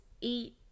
eat